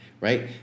right